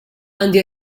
għandi